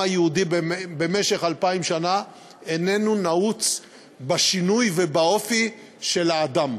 היהודי במשך 2,000 שנה איננו נעוץ בשינוי ובאופי של האדם.